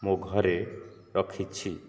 ମୋ ଘରେ ରଖିଛି